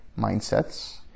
mindsets